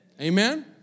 Amen